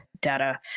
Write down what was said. data